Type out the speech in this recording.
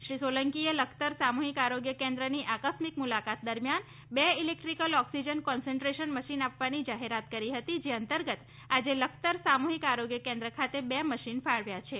શ્રી સોલંકીએ લખતર સામુહિક આરોગ્ય કેન્દ્રની આકસ્મિક મુલાકાત દરમિયાન બે ઇલેક્ટ્રિકલ ઓક્સિજન કોન્સન્ટ્રેટર મશીન આપવાની જાહેરાત કરી હતી જે અંતર્ગત આજે લખતર સામુહિક આરોગ્ય કેન્દ્ર ખાતે બે મશીન ફાળવ્યા છે